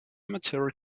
amateur